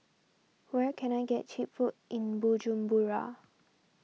where can I get Cheap Food in Bujumbura